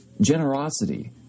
generosity